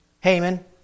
Haman